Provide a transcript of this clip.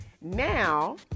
Now